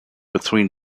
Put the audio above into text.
between